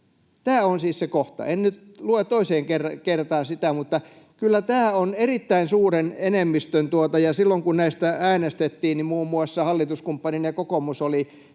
Tämä on siis se kohta. En nyt lue toiseen kertaan sitä, mutta kyllä tämä on erittäin suuren enemmistön... Silloin kun näistä äänestettiin, niin muun muassa hallituskumppaninne kokoomus oli